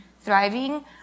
thriving